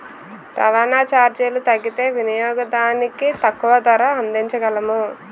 రవాణా చార్జీలు తగ్గితే వినియోగదానికి తక్కువ ధరకు అందించగలము